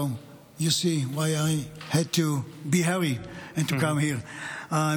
so you see why I had to hurry to come here and